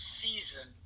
season